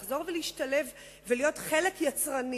לחזור ולהשתלב ולהיות חלק יצרני?